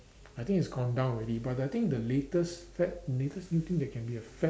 I think it's gone down already but I think the latest fad latest new thing that can be a fad